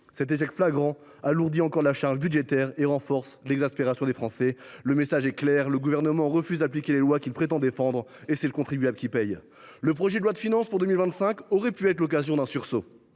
Cet échec flagrant alourdit encore la charge budgétaire et renforce l’exaspération des Français. Le message est clair : le Gouvernement refuse d’appliquer les lois qu’il prétend défendre, et c’est le contribuable qui paie ! Le projet de loi de finances pour 2025 aurait pu être l’occasion d’un sursaut.